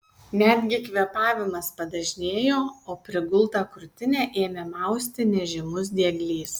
netgi kvėpavimas padažnėjo o prigultą krūtinę ėmė mausti nežymus dieglys